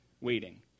waiting